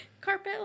Carpet